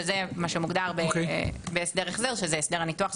שזה מה שמוגדר בהסדר החזר שזה הסדר הניתוח,